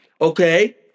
Okay